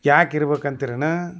ಯಾಕೆ ಇರ್ಬೇಕಂತಿರನಾ